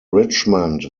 richmond